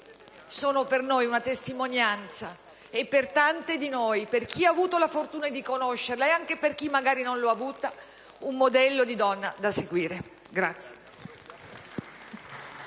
sono per noi una testimonianza e, per tante di noi, per chi ha avuto la fortuna di conoscerla e anche per chi magari non l'ha avuta, un modello di donna da seguire.